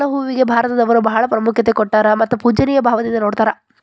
ಕಮಲ ಹೂವಿಗೆ ಭಾರತದವರು ಬಾಳ ಪ್ರಾಮುಖ್ಯತೆ ಕೊಟ್ಟಾರ ಮತ್ತ ಪೂಜ್ಯನಿಯ ಭಾವದಿಂದ ನೊಡತಾರ